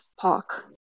park